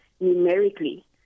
numerically